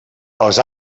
els